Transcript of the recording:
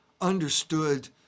understood